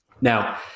Now